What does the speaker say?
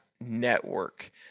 network